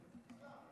סתם.